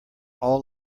all